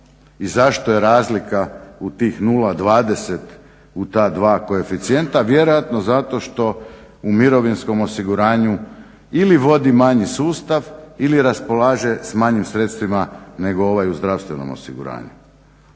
I zašto je razlika u tih 0,20 u ta dva koeficijenta? Vjerojatno zato što u mirovinskom osiguranju ili vodi manji sustav ili raspolaže s manjim sredstvima nego ovaj u zdravstvenom osiguranju.